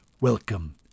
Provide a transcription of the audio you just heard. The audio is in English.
Welcome